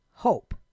hope